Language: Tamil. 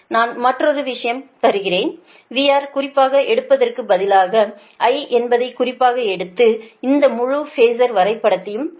நான் மற்றொரு விஷயம் தருகிறேன் VR குறிப்பாக எடுப்பதற்கு பதிலாக I என்பதை குறிப்பாக எடுத்து இந்த முழு பேஸர் வரைபடத்தையும் வரைய வேண்டும்